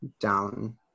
down